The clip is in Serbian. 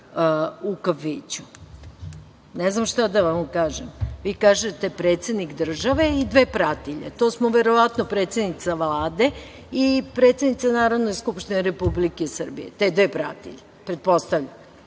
u kafiću. Ne znam šta da vam kažem, vi kažete predsednik države i dve pratilje, a to smo verovatno predsednica Vlade i predsednica Narodne skupštine Republike Srbije, te dve pratilje, pretpostavljam.